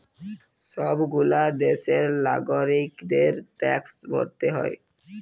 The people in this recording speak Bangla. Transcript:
সব গুলা দ্যাশের লাগরিকদের ট্যাক্স ভরতে হ্যয়